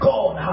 God